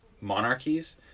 monarchies